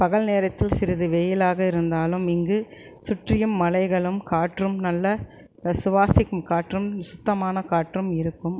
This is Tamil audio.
பகல் நேரத்தில் சிறிது வெயிலாக இருந்தாலும் இங்கு சுற்றியும் மலைகளும் காற்றும் நல்ல சுவாசிக்கும் காற்றும் சுத்தமான காற்றும் இருக்கும்